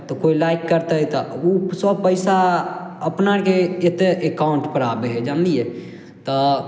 तऽ कोइ लाइक करतै तऽ उ सब पैसा अपनाके एतय एकाउण्टपर आबय हइ जनलियै तऽ